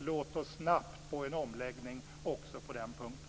Låt oss snabbt få en omläggning också på den punkten.